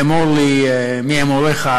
אמור לי מה הם הוריך,